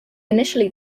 initially